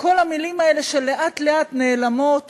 כל המילים האלה שלאט-לאט נעלמות